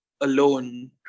alone